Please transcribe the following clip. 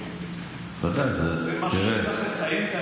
מאתיופיה זה משהו שצריך לסיים.